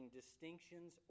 distinctions